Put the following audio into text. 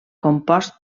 compost